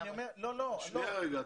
אני אומר --- שנייה רגע,